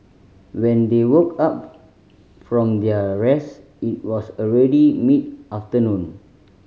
when they woke up from their rest it was already mid afternoon